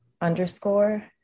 underscore